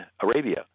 Arabia